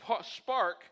spark